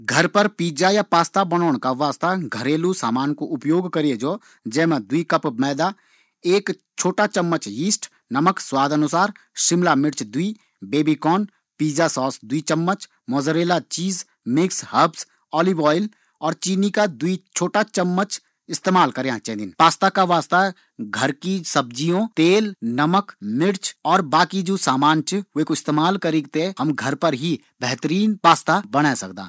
घर पास्ता बणोंन का वास्ता घरेलु सामान कु उपयोग करए जौ, जैमा दो कप मैदा एक छोटा चमच यीस्ट नमक स्वाद अनुसार शिमला मिर्च दो baby corn pizza sauce mozzarella cheese कु इस्तेमाल करयू चेंदु ये साथ ही पास्ता बणोंन का वास्ता घर की सब्जी कु उपयोग करयू चेंदु